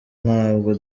ntabwo